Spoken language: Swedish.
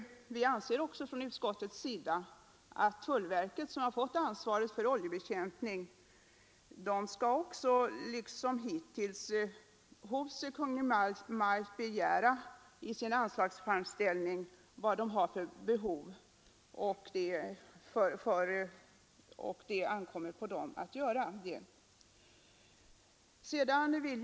Vi anser också inom utskottet att tullverket, som fått ansvaret för oljebekämpningen, i fortsättningen liksom hittills i anslagsframställningarna hos Kungl. Maj:t skall ange sina medelsbehov för detta ändamål. Det är verkets skyldighet att göra det.